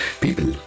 people